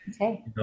Okay